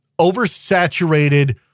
oversaturated